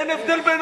אין הבדל בין,